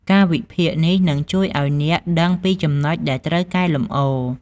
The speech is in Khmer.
ការវិភាគនេះនឹងជួយឲ្យអ្នកដឹងពីចំណុចដែលត្រូវកែលម្អ។